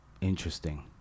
interesting